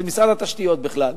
זה משרד התשתיות בכלל,